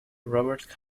robert